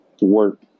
work